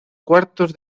cuartos